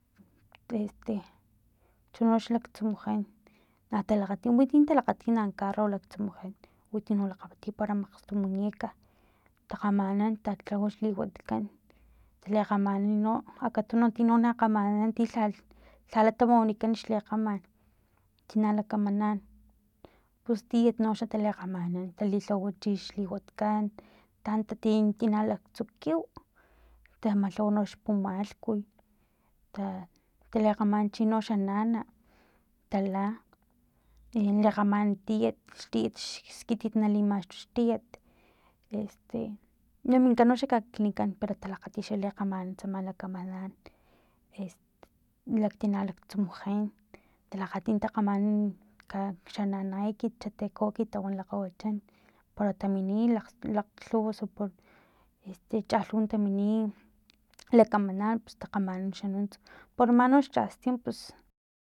Este chono laktsumujan na talakgati winti talakgati man carro laktsumujan winti lakgatipara lakgstu muñeca takgamanan talhawa xliwatkan lekgamanan no akatuno tino na kgamanan ti lhala tamawanikan xlekgaman tina lakamanan pus tiet noxa talikgamanan talilhawa chix liwatkan taan tatia tina laktsukiw talhawa no xpumalhkuy ta talekgamanan chi xa nana tala e na lekgamanan tiet xskitit nali maxtu xtiet este na minkan no kakilhnikan pero talakgati takgamanan xan tsama lakamanan est laktina laktsumujan talakgati takgamanan nka xa nana ekit xa teko ekit tawan lakgawachan para tamini lakglhuwa osu este chalhuw tamini lakamanan pus takgamanan xanuts poro man xchastim pus